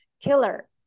killer